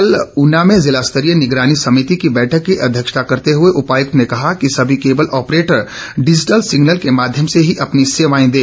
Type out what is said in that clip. कल ऊना में ज़िला स्तरीय निगरानी समिति की बैठक की अध्यक्षता करते हुए उपायुक्त ने कहा कि सभी केबल ऑपरेटर डिजिटल सिगनल के माध्यम से ही अपनी सेवाएं दें